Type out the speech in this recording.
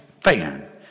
fan